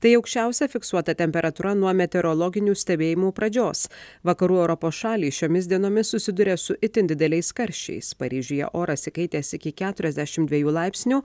tai aukščiausia fiksuota temperatūra nuo meteorologinių stebėjimų pradžios vakarų europos šalys šiomis dienomis susiduria su itin dideliais karščiais paryžiuje oras įkaitęs iki keturiasdešimt dviejų laipsnių